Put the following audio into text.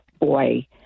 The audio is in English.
boy